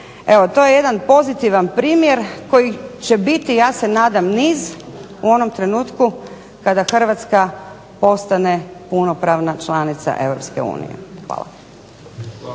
Evo to je jedan pozitivan primjer kojih će biti ja se nadam niz u onom trenutku kada Hrvatska postane punopravna članica Europske